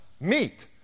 meet